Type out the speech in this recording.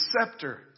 scepter